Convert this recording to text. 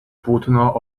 płótno